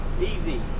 easy